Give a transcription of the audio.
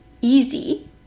easy